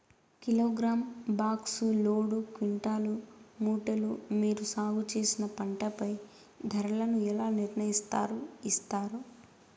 Kilogram, box, load, quintal, మూటలు మీరు సాగు చేసిన పంటపై ధరలను ఎలా నిర్ణయిస్తారు యిస్తారు?